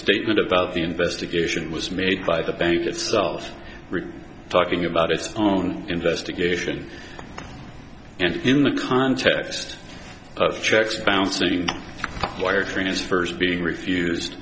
statement about the investigation was made by the bank itself talking about its own investigation and in the context of checks found saying wire transfers being refused